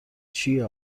چیه